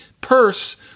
Purse